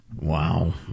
Wow